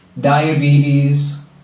diabetes